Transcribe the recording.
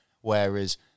whereas